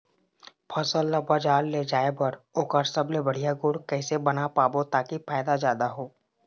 फसल ला बजार ले जाए बार ओकर सबले बढ़िया गुण कैसे बना पाबो ताकि फायदा जादा हो?